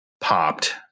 popped